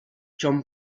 john